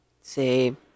Say